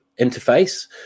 interface